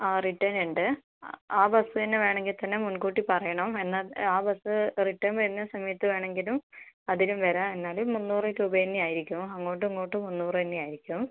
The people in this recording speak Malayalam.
ആ റിട്ടേൺ ഉണ്ട് ആ ബസ് തന്നെ വേണമെങ്കിൽ തന്നെ മുൻകൂട്ടി പറയണം എന്നാൽ ആ ബസ് റിട്ടേൺ വരുന്ന സമയത്ത് വേണമെങ്കിലും അതിലും വരാം എന്നാലും മുന്നൂറ് രൂപ തന്നെയായിരിക്കും അങ്ങോട്ടും ഇങ്ങോട്ടും മുന്നൂറ് തന്നെയായിരിക്കും